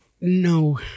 No